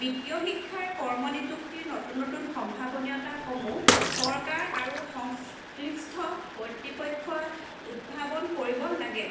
বিত্তীয় শিক্ষাৰ কৰ্ম নিযুক্তিৰ নতুন নতুন সম্ভাৱনীয়তাসমূহ চৰকাৰ আৰু সংশ্লিষ্ট কতৃপক্ষই উদ্ভাৱন কৰিব লাগে